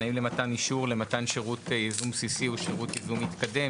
למתן שירות ייזום בסיסי או שירות ייזום מתקדם.